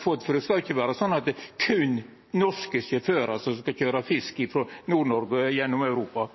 for det skal ikkje vera slik at det berre er norske sjåførar som skal køyra fisk frå Nord-Noreg gjennom Europa.